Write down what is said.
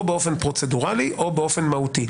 או באופן פרוצדורלי או באופן מהותי.